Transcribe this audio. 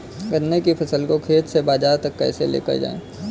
गन्ने की फसल को खेत से बाजार तक कैसे लेकर जाएँ?